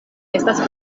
estas